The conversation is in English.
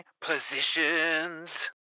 positions